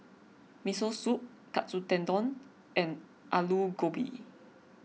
Miso Soup Katsu Tendon and Alu Gobi